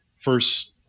first